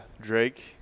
drake